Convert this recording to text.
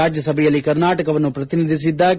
ರಾಜ್ಯಸಭೆಯಲ್ಲಿ ಕರ್ನಾಟಕವನ್ನು ಪ್ರತಿನಿಧಿಸಿದ್ದ ಕೆ